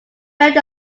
felt